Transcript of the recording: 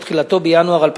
שתחילתו בינואר 2008,